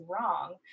wrong